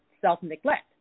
self-neglect